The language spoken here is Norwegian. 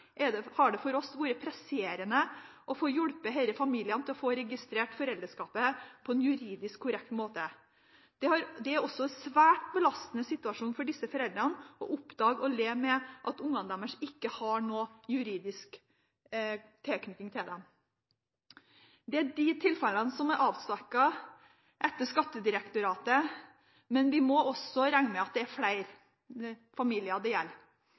har det for oss vært presserende å få hjulpet disse familiene til å få registrert foreldreskapet på en juridisk korrekt måte. Det er også en svært belastende situasjon for disse foreldrene å oppdage og leve med at barna deres ikke har noen juridisk tilknytning til dem. Dette er de tilfellene som er avdekket av Skattedirektoratet, men vi må også regne med at det er flere familier det gjelder.